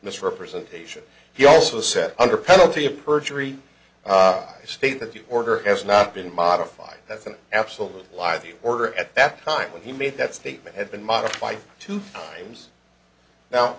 misrepresentation he also said under penalty of perjury a state that you order has not been modified that's an absolute lie the order at that time when he made that statement had been modified two years now